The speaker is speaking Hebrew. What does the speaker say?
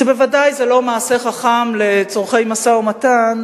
שבוודאי זה לא מעשה חכם לצורכי משא-ומתן.